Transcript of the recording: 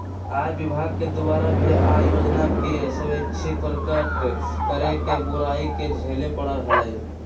आय विभाग के द्वारा भी आय योजना के स्वैच्छिक प्रकट करे के बुराई के झेले पड़ा हलय